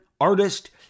artist